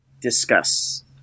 Discuss